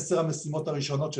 בעשר המשימות הראשונות שלהן,